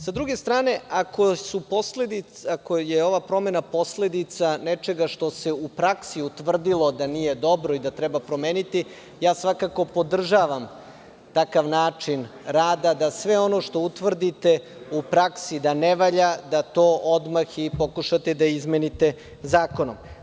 Sa druge strane, ako je ova promena posledica nečega što se u praksi utvrdilo da nije dobro i da treba promeniti, ja svakako podržavam takav način rada, da sve ono što utvrdite u praksi da ne valja da to odmah i pokušate da izmenite zakonom.